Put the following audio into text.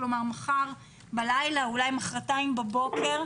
מחר בלילה ואולי מחרתיים בבוקר,